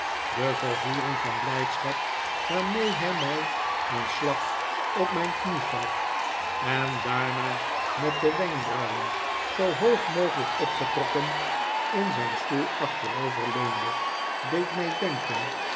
de vervoering van blijdschap waarmee hij mij een slag op mijn knie gaf en daarna met de wenkbrauwen zoo hoog mogelijk opgetrokken in zijn stoel achteroverleunde deed mij denken